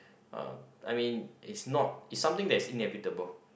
uh I mean is not is something that's inevitable